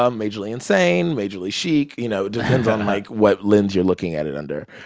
um majorly insane, majorly chic, you know, depends on, like, what lens you're looking at it under.